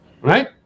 Right